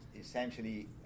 essentially